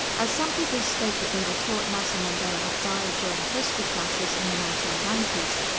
as some people state that they were taught nelson mandela had died during history classes in the nineteen ninety s,